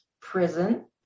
prison